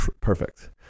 perfect